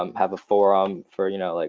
um have a forum for you know, like,